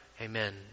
Amen